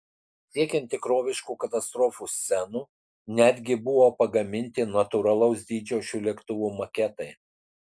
siekiant tikroviškų katastrofų scenų netgi buvo pagaminti natūralaus dydžio šių lėktuvų maketai